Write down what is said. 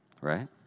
Right